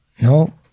no